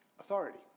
Authority